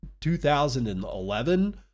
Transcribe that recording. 2011